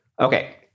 Okay